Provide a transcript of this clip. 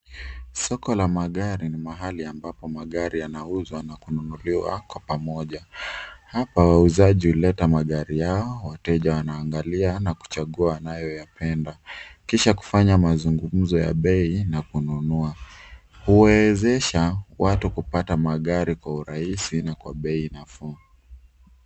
Soko la magari ni mahali ambapo magari yanauzwa na kununuliwa kwa pamoja. Hapa wauzaji huleta magari yao wateja wanaangalia na kuchagua wanayoyapenda. Kisha kufanya mazungumzo ya bei na kununua. Huwezesha watu kupata gari kwa urahisi kwa bei nafuu